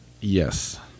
Yes